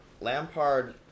Lampard